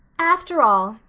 after all,